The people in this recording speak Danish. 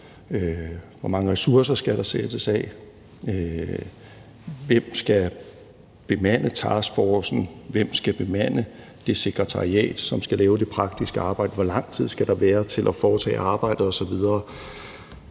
hvor mange ressourcer der skal sættes af, hvem skal bemande taskforcen, hvem skal bemande det sekretariat, som skal lave det praktiske arbejde, hvor lang tid der skal være til at foretage arbejdet